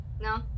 no